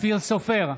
אופיר סופר,